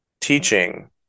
teaching